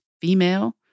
female